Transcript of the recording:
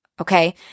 okay